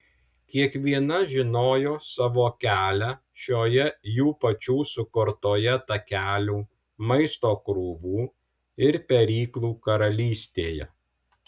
kiekviena žinojo savo kelią šioje jų pačių sukurtoje takelių maisto krūvų ir peryklų karalystėje